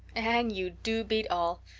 anne, you do beat all!